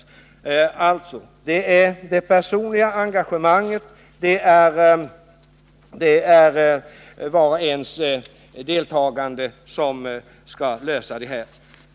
Det är alltså genom det personliga engagemanget, vars och ens deltagan de, som problemen skall lösas.